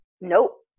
Nope